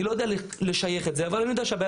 אני לא יודע לשייך את זה אבל אני יודע שהבן